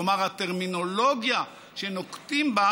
כלומר, הטרמינולוגיה שנוקטים היא